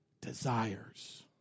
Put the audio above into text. desires